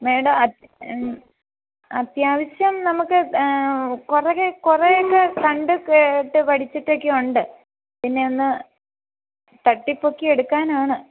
madam അത്യാവശ്യം നമുക്ക് കുറേയൊക്കെ കുറേയൊക്കെ കണ്ട് കേട്ട് പഠിച്ചിട്ടൊക്കെയുണ്ട് പിന്നെയൊന്ന് തട്ടിപ്പൊക്കി എടുക്കാനാണ്